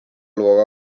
luua